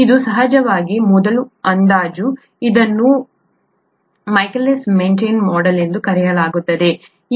ಇದು ಸಹಜವಾಗಿ ಮೊದಲ ಅಂದಾಜು ಇದನ್ನು ಮೈಕೆಲಿಸ್ ಮೆಂಟನ್ ಮೋಡೆಲ್ ಎಂದು ಕರೆಯಲಾಗುತ್ತದೆ